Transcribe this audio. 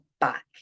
back